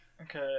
Okay